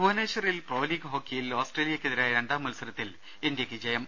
ഭുവനേശ്വറിൽ പ്രൊലീഗ് ഹോക്കിയിൽ ഓസ്ട്രേലിയക്കെതിരായ രണ്ടാം മത്സരത്തിൽ ഇന്ത്യയ്ക്ക് ജയം